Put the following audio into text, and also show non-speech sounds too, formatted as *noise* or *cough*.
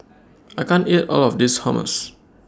*noise* I can't eat All of This Hummus